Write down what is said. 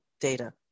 data